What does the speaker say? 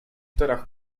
torach